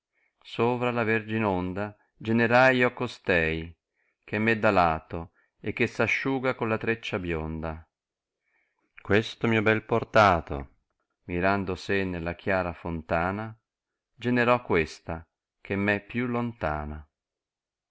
sovra la vergi n ondo generai io costei che m è da lato e che s'asciuga con la treccia bionda questo mio bel portato mirando se nella chiara fontana generò questa che m'è più lontana